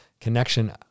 connection